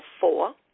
four